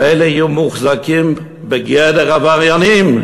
ואלה יהיו מוחזקים בגדר עבריינים,